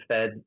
Fed